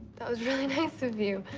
that was really nice of you.